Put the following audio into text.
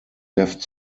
left